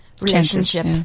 relationship